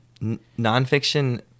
Nonfiction